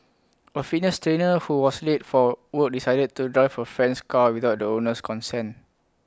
A fitness trainer who was late for work decided to drive A friend's car without the owner's consent